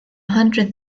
hundred